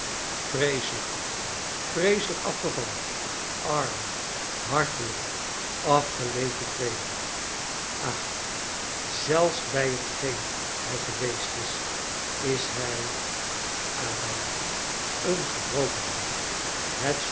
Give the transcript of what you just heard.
vreeselijk af gevallen vreeselijk afgevallen arme hartelijke afgeleefde frederik ha zelfs bij hetgeen hij geweest is is hij hm een gebroken man